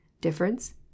Difference